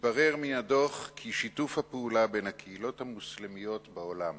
מתברר מהדוח כי שיתוף הפעולה בין הקהילות המוסלמיות בעולם